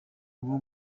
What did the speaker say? uwo